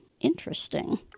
Interesting